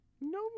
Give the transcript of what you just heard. No